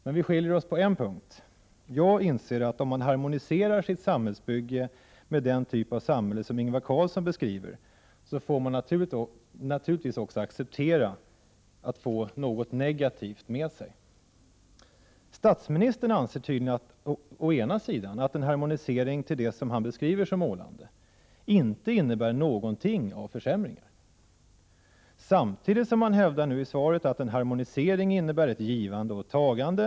Men vi skiljer oss åt på en punkt: Jag inser att man, om man harmoniserar sitt samhällsbygge med den typ av samhälle som Ingvar Carlsson beskriver, naturligtvis också får acceptera att det för något negativt med sig. Statsministern anser tydligen att en harmonisering till det som han så målande beskriver inte innebär någon försämring. Å andra sidan hävdar statsministern i svaret att en harmonisering innebär ett givande och ett tagande.